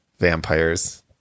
vampires